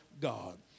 God